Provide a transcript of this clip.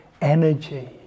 energy